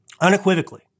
Unequivocally